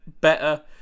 better